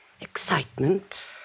Excitement